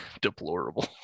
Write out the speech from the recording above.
deplorable